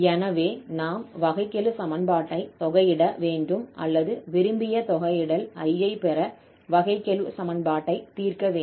எனவே நாம் வகைக்கெழு சமன்பாட்டை தொகையிட வேண்டும் அல்லது விரும்பிய தொகையிடல் I ஐ பெற வகைக்கெழு சமன்பாட்டை தீர்க்க வேண்டும்